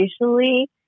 usually